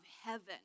heaven